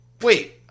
Wait